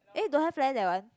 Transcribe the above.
eh don't have leh that one